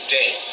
day